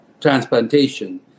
transplantation